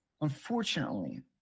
unfortunately